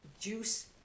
juice